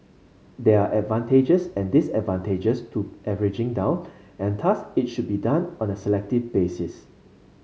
there are advantages and disadvantages to averaging down and thus it should be done on a selective basis